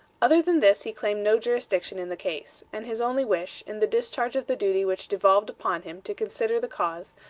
other than this he claimed no jurisdiction in the case and his only wish, in the discharge of the duty which devolved upon him to consider the cause,